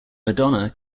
madonna